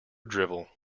drivel